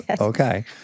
okay